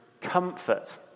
comfort